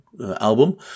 album